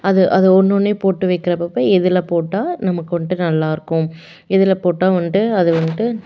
அது அதை ஒன்று ஒன்றையும் போட்டு வைக்கிறப்பப்ப எதில் போட்டால் நமக்கு வந்துட்டு நல்லா இருக்கும் எதில் போட்டால் வந்துட்டு அது வந்துட்டு